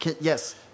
yes